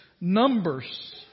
Numbers